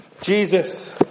Jesus